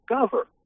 discover